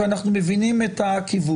כי אנחנו מבינים את הכיוון,